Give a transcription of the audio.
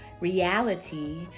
reality